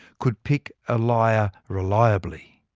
could pick a liar reliably.